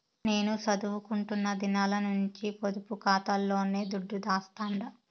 నేను సదువుకుంటున్న దినాల నుంచి పొదుపు కాతాలోనే దుడ్డు దాస్తండా